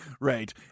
Right